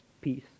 peace